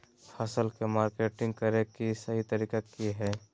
फसल के मार्केटिंग करें कि सही तरीका की हय?